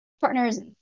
partners